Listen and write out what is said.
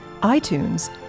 iTunes